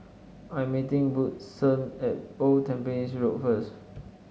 I'm meeting Woodson at Old Tampines Road first